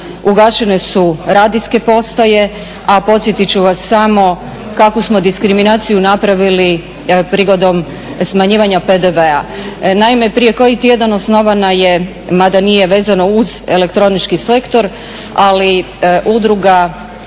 ugašene su radijske postaje, a podsjetit ću vas samo kakvu smo diskriminaciju napravili prigodom smanjivanja PDV-a. Naime, prije koji tjedan osnovana je, mada nije vezano uz elektronički sektor, udruga